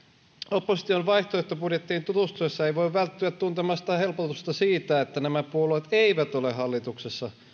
opposition vaihtoehtobudjetteihin tutustuessa ei voi välttyä tuntemasta helpotusta siitä että nämä puolueet eivät ole hallituksessa